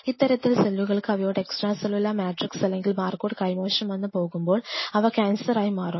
ഇത്തരത്തിൽ സെല്ലുകൾക്ക് അവയുടെ എക്സ്ട്രാ സെല്ലുലാർ മാട്രിക്സ് അല്ലെങ്കിൽ ബാർകോഡ് കൈമോശം വന്നു പോകുമ്പോൾ അവ ക്യാൻസർ ആയി മാറും